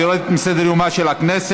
והיא יורדת מסדר-יומה של הכנסת.